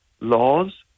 laws